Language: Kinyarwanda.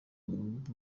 bamwe